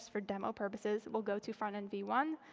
for demo purposes, will go to front end v one.